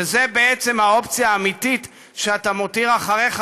שזו בעצם האופציה האמיתית שאתה מותיר אחריך,